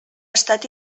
estat